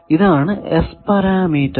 ഇതാണ് S parameter